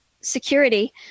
security